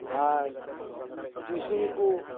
ᱟᱨ ᱴᱤᱭᱩᱥᱤᱱᱤ ᱠᱚ